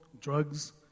drugs